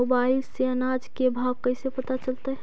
Mobile से अनाज के भाव कैसे पता चलतै?